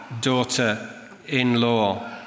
daughter-in-law